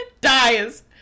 dies